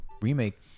remake